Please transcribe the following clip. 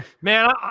man